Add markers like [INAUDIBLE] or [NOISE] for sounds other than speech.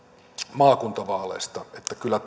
maakuntavaaleista kyllä [UNINTELLIGIBLE]